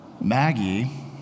Maggie